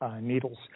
needles